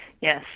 Yes